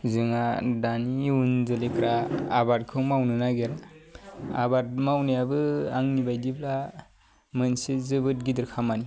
जोंहा दानि इयुन जोलैफ्रा आबादखौ मावनो नागिरा आबाद मावनायाबो आंनि बायदिब्ला मोनसे जोबोद गिदिर खामानि